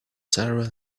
sarah